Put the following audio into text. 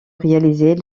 réaliser